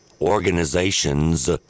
organizations